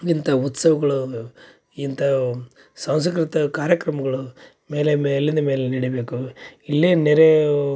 ಇಂಥ ಉತ್ಸವಗಳು ಇಂಥ ಸಾಂಸಕೃತ್ತ ಕಾರ್ಯಕ್ರಮಗಳು ಮೇಲೆ ಮೇಲಿಂದ ಮೇಲೆ ನಡೀಬೇಕು ಇಲ್ಲೇ ನೆರೆ